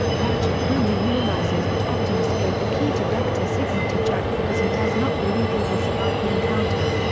ratchet grimly realizes that optimus gave the key to vector sigma to jack because he does not believe he will survive the encounter.